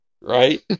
right